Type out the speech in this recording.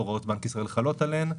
הוראות בנק ישראל חלות עליהן.